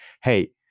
hey